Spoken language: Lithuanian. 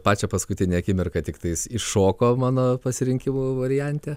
pačią paskutinę akimirką tiktais iššoko mano pasirinkimų variante